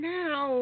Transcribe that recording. now